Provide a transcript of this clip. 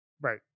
Right